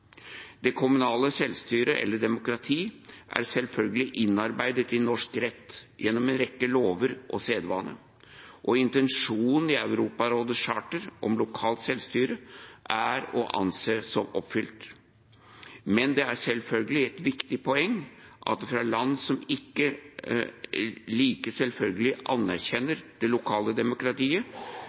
Det kommunale selvstyret, eller demokratiet, er selvfølgelig innarbeidet i norsk rett gjennom en rekke lover og sedvane, og intensjonen i Europarådets charter om lokalt selvstyre er å anse som oppfylt. Men det er selvfølgelig et viktig poeng at land som ikke like selvfølgelig anerkjenner det lokale demokratiet,